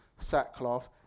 sackcloth